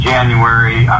January